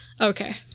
Okay